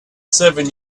seven